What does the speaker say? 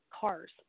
cars